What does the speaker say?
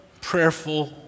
prayerful